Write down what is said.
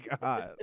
god